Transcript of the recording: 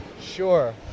sure